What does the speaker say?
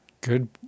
Good